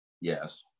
Yes